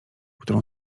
którą